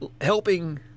helping